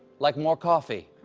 like more coffee.